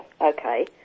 okay